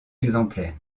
exemplaire